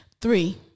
Three